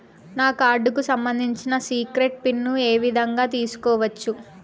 నా కార్డుకు సంబంధించిన సీక్రెట్ పిన్ ఏ విధంగా తీసుకోవచ్చు?